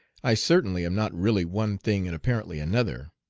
i certainly am not really one thing and apparently another.